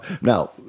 Now